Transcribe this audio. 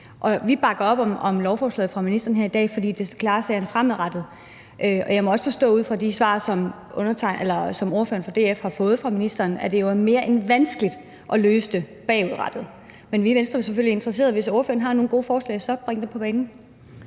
Vi bakker op om lovforslaget fra ministeren her i dag, fordi det klarer sagerne fremadrettet, og jeg må også forstå ud fra de svar, som ordføreren for DF har fået fra ministeren, at det jo er mere end vanskeligt at løse det bagudrettet. Men vi i Venstre er selvfølgelig interesserede: Hvis ordføreren har nogle gode forslag, så bring dem på banen.